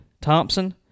Thompson